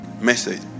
Message